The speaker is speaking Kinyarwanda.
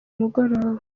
mugoroba